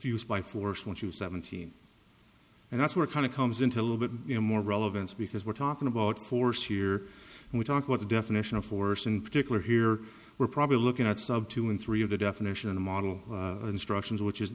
used by force when she was seventeen and that's where kind of comes into a little bit more relevance because we're talking about force here and we talk about the definition of force in particular here we're probably looking at sub two and three of the definition of model instructions which is